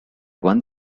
one